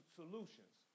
solutions